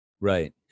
Right